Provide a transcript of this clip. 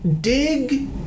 dig